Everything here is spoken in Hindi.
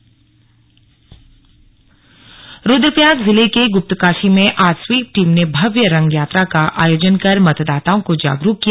जागरूकता अभियान स्वीप रुद्रप्रयाग जिले के गुप्तकाशी में आज स्वीप टीम ने भव्य रंग यात्रा का आयोजन कर मतदाताओं को जागरूक किया